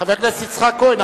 חבר הכנסת יצחק כהן,